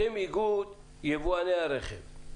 אתם איגוד יבואני הרכב,